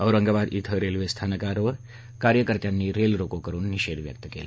औरंगाबाद इथं रव्विस्जानकावर कार्यकर्त्यांनी रस्त्रारोको करून निषध व्यक्त कला